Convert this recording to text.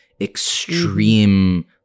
extreme